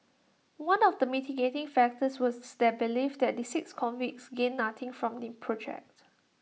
one of the mitigating factors was their belief that the six convicts gained nothing from the project